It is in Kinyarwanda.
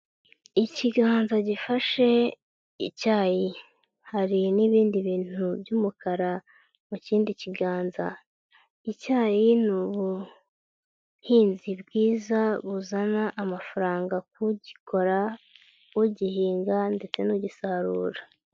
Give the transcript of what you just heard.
Ikiganza gifashe icyayi. Hari n'ibindi bintu by'umukara mu kindi kiganza. Icyayi ni ubuhinzi bwiza buzana amafaranga ku gikora, ugihinga ndetse n'ugisarura.